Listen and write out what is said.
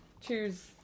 Cheers